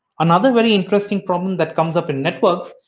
another very interesting problem that comes up in networks,